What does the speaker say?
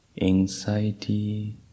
anxiety